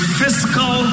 fiscal